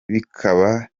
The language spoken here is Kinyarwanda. bikaba